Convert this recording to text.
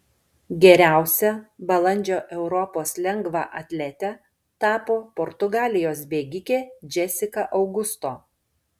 geriausia balandžio europos lengvaatlete tapo portugalijos bėgikė džesika augusto